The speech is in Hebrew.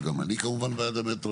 וגם אני כמובן בעד המטרו,